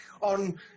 on